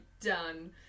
done